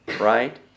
right